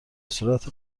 صورت